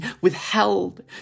withheld